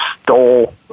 stole